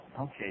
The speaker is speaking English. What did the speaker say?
okay